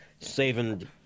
saving